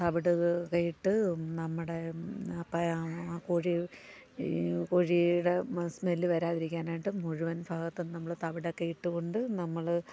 തവിടിട്ട് ഇട്ട് നമ്മുടെ ഒരു കോഴി കോഴിയുടെ സ്മെല്ല് വരാതിരിക്കാനായിട്ട് മുഴുവൻ ഭാഗത്തും നമ്മള് തവിടൊക്കെയിട്ടുകൊണ്ട് നമ്മള്